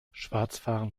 schwarzfahren